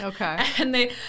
Okay